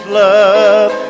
love